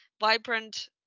vibrant